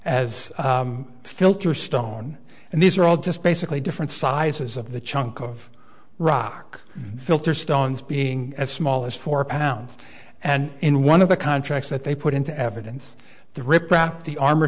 as filter stone and these are all just basically different sizes of the chunk of rock filter stones being as small as four pounds and in one of the contracts that they put into evidence the rip rap the armor